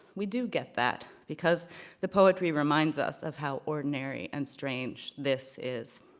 we do get that, because the poetry reminds us of how ordinary and strange this is.